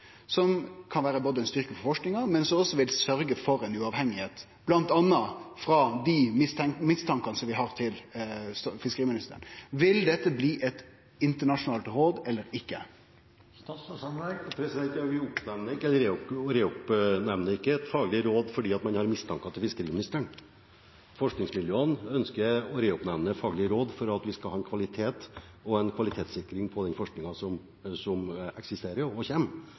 som kan vere ein styrke for forskinga, men som også vil sørgje for ein uavhengigheit, bl.a. frå dei mistankane som vi har til fiskeriministeren. Vil dette bli eit internasjonalt råd, eller ikkje? Vi reoppnevner ikke et faglig råd fordi at man har mistanker til fiskeriministeren. Forskningsmiljøene ønsker å reoppnevne faglig råd for at man skal ha en faglig kvalitet og en kvalitetssikring på forskningen som eksisterer, og